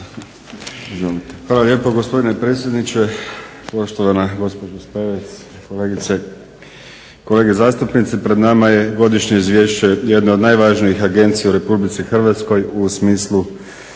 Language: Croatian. Hvala lijepo, gospodine predsjedniče. Poštovana gospođo Spevec, kolegice i kolege zastupnici. Pred nama je Godišnje izvješće jedne od najvažnijih agencija u Republici Hrvatskoj u smislu